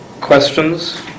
questions